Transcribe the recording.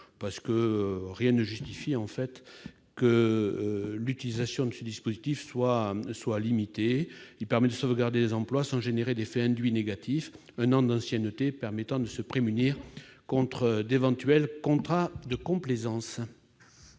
afin de favoriser l'utilisation d'un dispositif qui permet de sauvegarder des emplois sans susciter d'effets induits négatifs, un an d'ancienneté permettant de se prémunir contre d'éventuels contrats de complaisance.